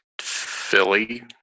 philly